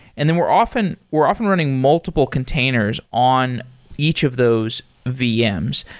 and then we're often we're often running multiple containers on each of those vms.